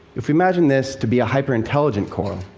if we imagine this to be a hyperintelligent coral,